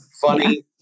funny